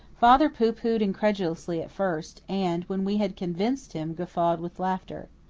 father pooh-poohed incredulously at first, and, when we had convinced him, guffawed with laughter.